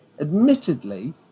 Admittedly